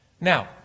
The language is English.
Now